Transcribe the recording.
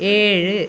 ഏഴ്